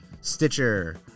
Stitcher